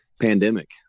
pandemic